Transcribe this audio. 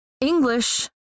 English